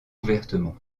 ouvertement